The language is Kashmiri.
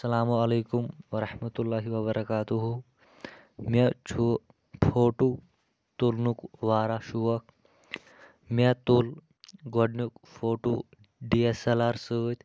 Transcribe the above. السلام عليکم ورحمتہ اللہِ وبرکاتہُ مےٚ چھُ فوٹوٗ تُلنُک واریاہ شوق مےٚ تُل گۄڈنیُک photo D S L R سۭتۍ